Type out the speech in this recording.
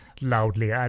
loudly